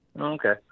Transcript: Okay